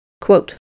Quote